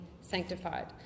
sanctified